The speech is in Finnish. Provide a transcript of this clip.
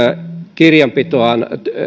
kirjanpitoaan